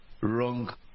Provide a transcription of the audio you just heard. wrong